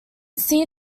see